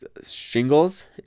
shingles